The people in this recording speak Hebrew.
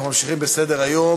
אנחנו ממשיכים בסדר-היום.